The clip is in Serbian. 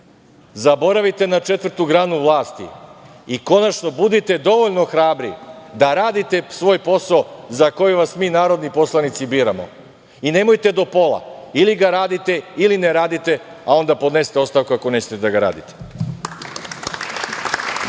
zaboravite na četvrtu granu vlasti i konačno budite dovoljno hrabri da radite svoj posao za koji vas mi narodni poslanici biramo i nemojte do pola, ili ga radite ili ne radite, a onda podnesete ostavku ako nećete da ga radite.